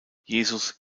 jesus